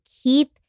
keep